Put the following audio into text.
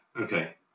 Okay